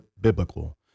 biblical